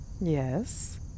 Yes